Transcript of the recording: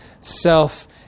self